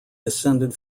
descended